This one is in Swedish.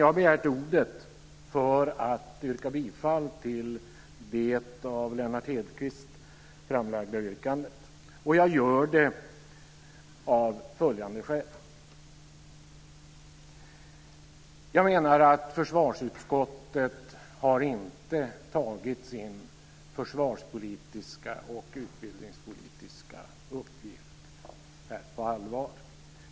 Jag begärde ordet för att yrka bifall till det av Lennart Hedquist framlagda yrkandet. Jag gör det av följande skäl. Jag menar att försvarsutskottet inte har tagit sin försvarspolitiska och utbildningspolitiska uppgift på allvar.